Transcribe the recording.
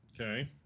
Okay